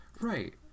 Right